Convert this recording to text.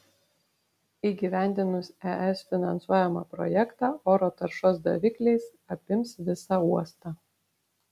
įgyvendinus es finansuojamą projektą oro taršos davikliais apims visą uostą